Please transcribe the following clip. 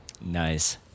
Nice